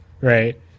right